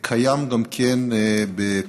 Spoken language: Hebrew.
קיים גם כן בפיתוח,